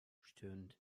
stöhnt